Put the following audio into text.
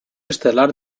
estel·lar